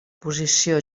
posició